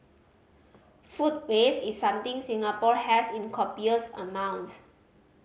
food waste is something Singapore has in copious amounts